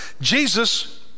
Jesus